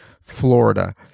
Florida